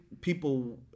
people